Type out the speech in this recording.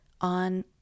on